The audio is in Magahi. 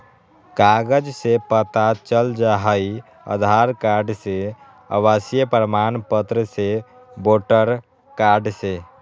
कागज से पता चल जाहई, आधार कार्ड से, आवासीय प्रमाण पत्र से, वोटर कार्ड से?